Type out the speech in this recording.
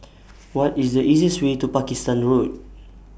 What IS The easiest Way to Pakistan Road